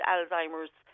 Alzheimer's